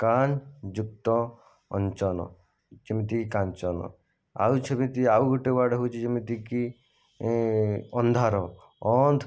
କାନ୍ ଯୁକ୍ତ ଅଞ୍ଚନ ଯେମିତିକି କାଞ୍ଚନ ଆଉ ସେମିତି ଆଉ ଗୋଟିଏ ୱାର୍ଡ଼ ହେଉଛି ଯେମିତିକି ଅନ୍ଧାର ଅନ୍ଧ୍